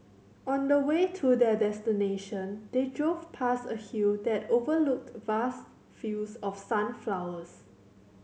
on the way to their destination they drove past a hill that overlooked vast fields of sunflowers